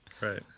Right